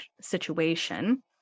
situation